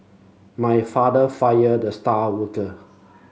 my father fired the star worker